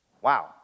Wow